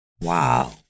Wow